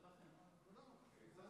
חבריי חברי הכנסת, אדוני היושב-ראש, אני המום